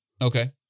okay